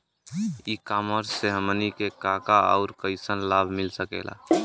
ई कॉमर्स से हमनी के का का अउर कइसन लाभ मिल सकेला?